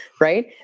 right